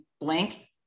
blank